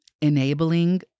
Enabling